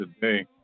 today